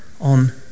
on